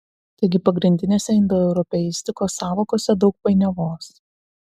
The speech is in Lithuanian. taigi pagrindinėse indoeuropeistikos sąvokose daug painiavos